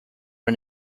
own